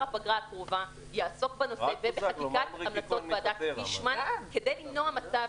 הפגרה הקרובה יעסוק בנושא ובחקיקת המלצות ועדת פישמן כדי למנוע מצב